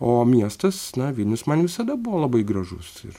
o miestas na vilnius man visada buvo labai gražus ir